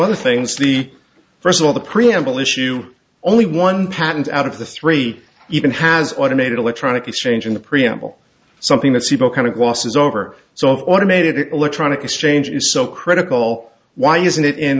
other things the first of all the preamble issue only one patent out of the three even has automated electronic exchange in the preamble something that kind of glosses over so automated it electronic exchange is so critical why isn't it in